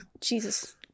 Jesus